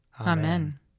Amen